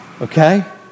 Okay